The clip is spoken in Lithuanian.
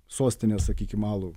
sostinės sakykim alų